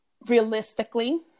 realistically